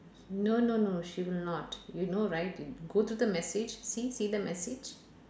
no no no she will not you know right go to the message see see the message